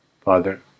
Father